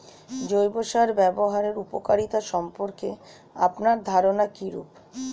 জৈব সার ব্যাবহারের উপকারিতা সম্পর্কে আপনার ধারনা কীরূপ?